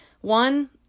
One